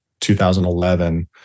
2011